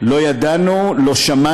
הזאת: לא ידענו, לא שמענו,